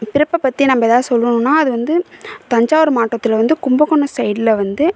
பிறப்பை பற்றி நம்ப எதாவது சொல்லணுன்னா அது வந்து தஞ்சாவூர் மாவட்டத்தில் வந்து கும்பகோணம் சைடில் வந்து